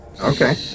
Okay